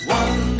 one